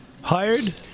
Hired